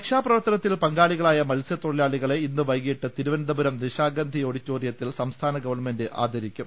രക്ഷാപ്രവർത്തനത്തിൽ പങ്കാളികളായ മത്സ്യത്തൊഴിലാളി കളെ ഇന്ന് വൈകിട്ട് തിരുവനന്തപുരം നിശാഗന്ധി ഓഡിറ്റോറി യത്തിൽ സംസ്ഥാന ഗവൺമെന്റ് ആദരിക്കും